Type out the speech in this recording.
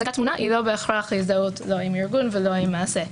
התמונה היא לא בהכרח הזדהות לא עם ארגון ולא עם מעשה.